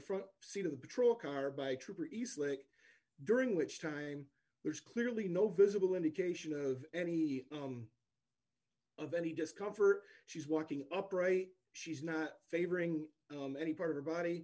front seat of the patrol car by trooper eastlink during which time there's clearly no visible indication of any of any discomfort she's walking upright she's not favoring any part of the body